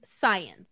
science